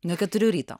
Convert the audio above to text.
nuo keturių ryto